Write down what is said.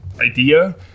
idea